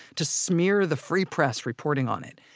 to smear the free press reporting on it,